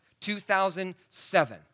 2007